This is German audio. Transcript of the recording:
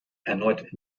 erneut